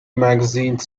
magazine